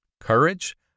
courage